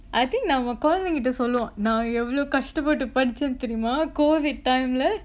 I think நம்ம குழந்திங்கிட்ட சொல்லுவோம் நா எவ்ளோ கஷ்டப்பட்டு படிச்ச தெரிமா:namma kulanthinkitta solluvom naa evlo kastapattu padicha therimaa COVID time leh